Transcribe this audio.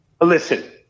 Listen